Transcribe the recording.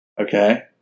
Okay